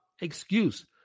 excuse